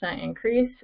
increase